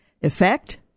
effect